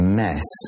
mess